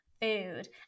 food